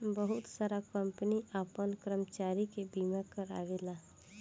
बहुत सारा कंपनी आपन कर्मचारी के बीमा कारावेला